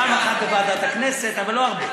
פעם אחת בוועדת הכנסת, אבל לא הרבה.